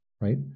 right